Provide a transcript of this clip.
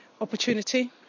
opportunity